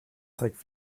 zeigt